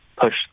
push